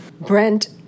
Brent